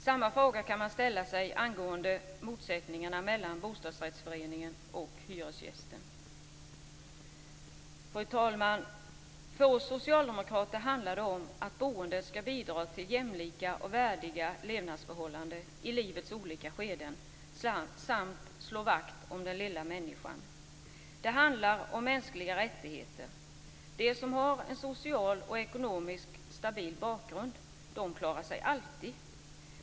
Samma fråga kan man ställa sig angående motsättningarna mellan bostadsrättsföreningen och hyresgästen. Fru talman! För oss socialdemokrater handlar det om att boendet skall bidra till jämlika och värdiga levnadsförhållanden i livets olika skeden samt att slå vakt om den lilla människan. Det handlar om mänskliga rättigheter. De som har en socialt och ekonomiskt stabil bakgrund klarar sig alltid.